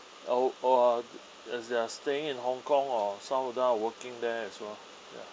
uh uh is they're staying in hong kong or some of them are working there as well